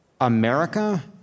America